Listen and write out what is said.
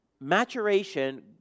Maturation